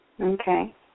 Okay